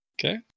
Okay